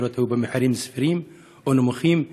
הדירות היו במחירים סבירים או נמוכים,